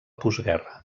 postguerra